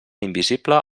invisible